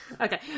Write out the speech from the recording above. Okay